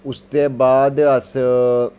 उसदे बाद अस